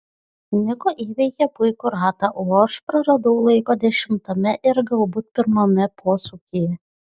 niko įveikė puikų ratą o aš praradau laiko dešimtame ir galbūt pirmame posūkyje